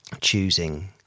choosing